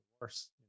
worse